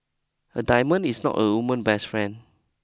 a diamond is not a woman's best friend